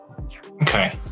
Okay